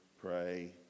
pray